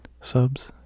subs